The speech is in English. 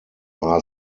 are